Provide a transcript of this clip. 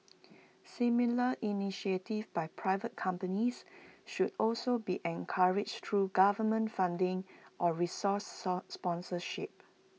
similar initiatives by private companies should also be encouraged through government funding or resource sponsorship